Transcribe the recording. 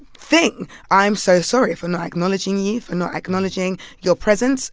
thing i'm so sorry for not acknowledging you, for not acknowledging your presence